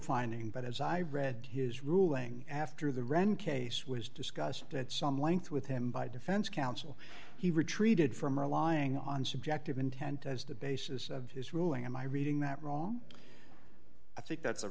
finding but as i read his ruling after the wren case was discussed at some length with him by defense counsel he retreated from relying on subjective intent as the basis of his ruling in my reading that wrong i think that's a